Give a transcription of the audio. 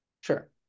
sure